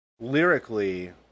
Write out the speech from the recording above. lyrically